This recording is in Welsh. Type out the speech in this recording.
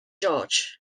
george